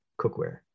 cookware